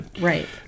Right